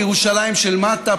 בירושלים של מטה,